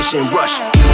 Rush